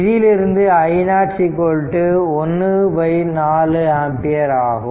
இதிலிருந்து i0 ¼ ampere ஆகும்